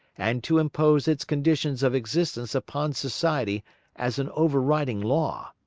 and to impose its conditions of existence upon society as an over-riding law.